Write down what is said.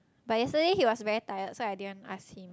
but yesterday he was very tired so I didn't ask him